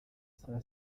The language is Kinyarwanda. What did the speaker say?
saa